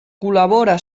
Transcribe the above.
col·labora